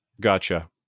Gotcha